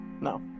No